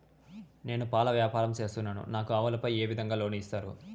నేను పాల వ్యాపారం సేస్తున్నాను, నాకు ఆవులపై లోను ఏ విధంగా ఇస్తారు